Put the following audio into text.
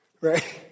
Right